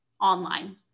online